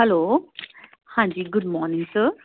hello ਹਾਂਜੀ good morning sir